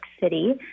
City